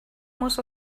muss